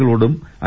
കളോടും I